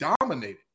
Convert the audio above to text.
dominated